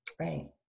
right